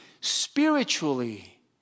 spiritually